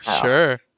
sure